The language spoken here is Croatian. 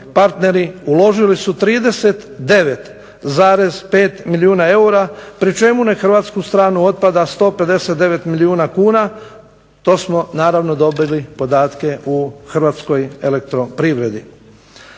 partneri uložili su 39,5 milijuna eura pri čemu na hrvatsku stranu otpada 159 milijuna kuna, to smo naravno dobili podatke u Hrvatskoj elektroprivredi.